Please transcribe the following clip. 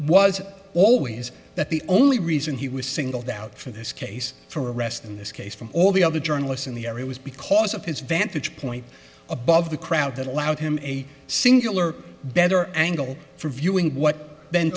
was always that the only reason he was singled out for this case for arrest in this case from all the other journalists in the area was because of his vantage point above the crowd that allowed him a singular better angle for viewing what